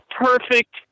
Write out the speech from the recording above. perfect